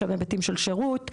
היבטים של שירות.